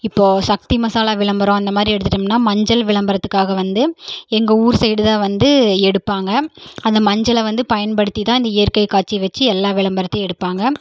இப்போது சக்தி மசாலா விளம்பரம் அந்த மாதிரி எடுத்துகிட்டோம்னா மஞ்சள் விளம்பரத்துக்காக வந்து எங்கள் ஊர் சைடு தான் வந்து எடுப்பாங்க அந்த மஞ்சளை வந்து பயன்படுத்தி தான் இந்த இயற்கைக் காட்சி வச்சு எல்லா விளம்பரத்தையும் எடுப்பாங்க